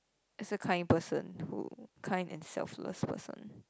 as a kind person who kind and selfless person